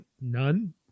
none